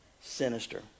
sinister